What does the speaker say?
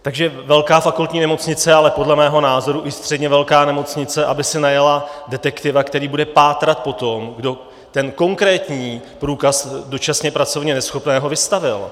takže velká fakultní nemocnice, ale podle mého názoru i středně velká nemocnice aby si najala detektiva, který bude pátrat po tom, kdo ten konkrétní průkaz dočasně pracovně neschopného vystavil.